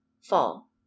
fall